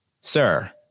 sir